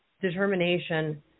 determination